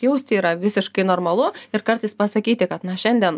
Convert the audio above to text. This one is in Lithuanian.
jausti yra visiškai normalu ir kartais pasakyti kad na šiandien